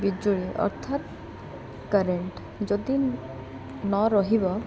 ବିଜୁଳି ଅର୍ଥାତ କରେଣ୍ଟ୍ ଯଦି ନ ରହିବ